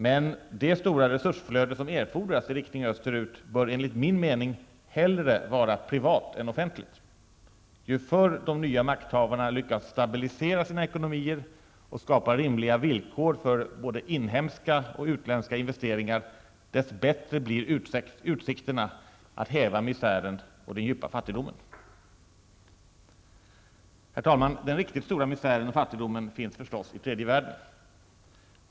Men det stora resursflöde som erfordras i riktning österut bör enligt min mening hellre vara privat än offentligt. Ju förr de nya makthavarna lyckas stabilisera sina ekonomier och skapa rimliga villkor för både inhemska och utländska investeringar, dess bättre blir utsikterna att häva misären och den djupa fattigdomen. Herr talman! Den riktigt stora misären och fattigdomen finns förstås i den tredje världen.